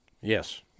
yes